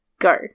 go